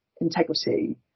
integrity